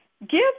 Give